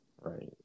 Right